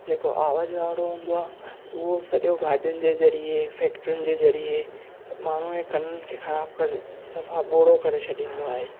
जेको आवाज़ वारो हूंदो आहे उहो सॼो गाॾियुनि जे ज़रिये फेक्ट्रिनि जे ज़रिये माण्हू खे कननि खे ख़राबु था कनि सफ़ा ॿोड़ो करे छॾींदो आहे